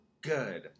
good